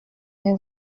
mes